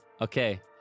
Okay